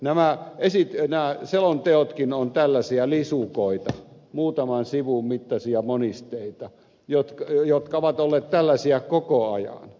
nämä selonteotkin ovat tällaisia lisukoita muutaman sivun mittaisia monisteita jotka ovat olleet tällaisia koko ajan